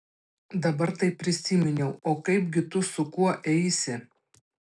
dabar tai prisiminiau o kaipgi tu su kuo eisi